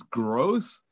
growth